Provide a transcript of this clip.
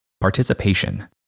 participation